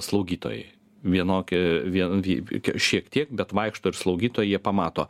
slaugytojai vienokie vien vi k šiek tiek bet vaikšto ir slaugytojai jie pamato